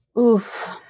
Oof